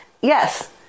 Yes